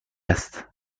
است